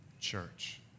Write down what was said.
church